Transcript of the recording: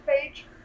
page